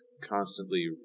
constantly